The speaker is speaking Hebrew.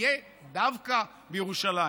יהיה דווקא בירושלים.